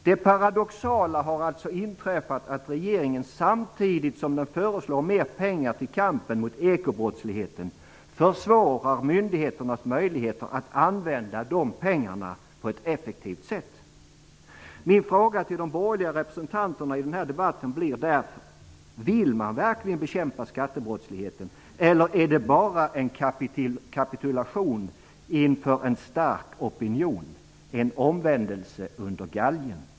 Det paradoxala har alltså inträffat att regeringen samtidigt som den föreslår mer pengar till kampen mot ekobrottsligheten försvårar myndigheternas möjligheter att använda dessa pengar på ett effektivt sätt. Min fråga till de borgerliga representanterna i denna debatt blir därför: Vill man verkligen bekämpa skattebrottsligheten, eller är det bara en kapitulation inför en stark opinion, en omvändelse under galgen?